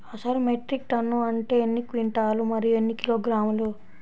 అసలు metric ton అంటే ఎన్ని క్వింటాలు మరియు ఎన్ని కిలోగ్రాములు?